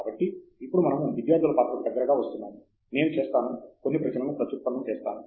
ఫణి కుమార్ కాబట్టి ఇప్పుడు మనము విద్యార్థుల పాత్రకు దగ్గరగా వస్తున్నాము నేను కొన్ని ప్రశ్నలను ప్రత్యుత్పన్నము చేస్తాను